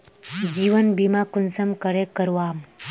जीवन बीमा कुंसम करे करवाम?